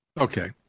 Okay